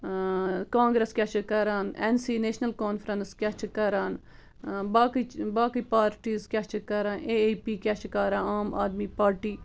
کانٛگریس کیٛاہ چھِ کَران اٮ۪ن سی نیشنَل کانفرٛٮ۪نٕس کیٛاہ چھِ کَران باقٕے باقٕے پارٹِیٖز کیٛاہ چھِ کَران اے پی کیٛاہ چھِ کَران عام آدمی پاٹی